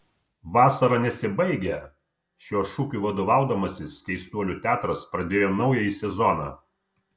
vasara nesibaigia šiuo šūkiu vadovaudamasis keistuolių teatras pradėjo naująjį sezoną